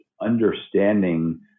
understanding